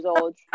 old